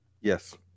Yes